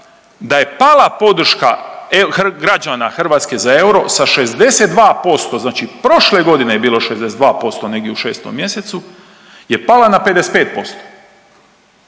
Da je pala podrška građana Hrvatske za euro sa 62% znači prošle godine je bilo 62% negdje u šestom mjesecu je pala na 55%.